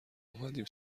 اومدیم